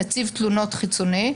נציב תלונות חיצוני,